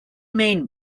main